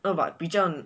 no but 比较